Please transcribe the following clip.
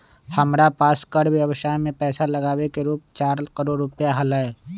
हमरा पास कर व्ययवसाय में पैसा लागावे के रूप चार करोड़ रुपिया हलय